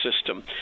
system